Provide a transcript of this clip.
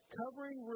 covering